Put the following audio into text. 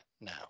now